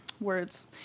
words